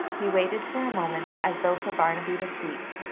he waited for a moment, as though for barnaby to speak,